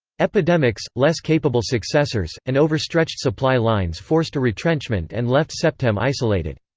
epidemics, less capable successors, and overstretched supply lines forced a retrenchment and left septem isolated.